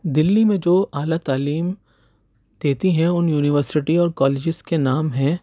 دہلی میں جو اعلیٰ تعلیم دیتی ہیں ان یونیورسٹی اور کالیجز کے نام ہیں